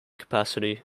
capacity